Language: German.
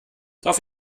darf